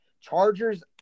Chargers